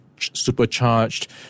supercharged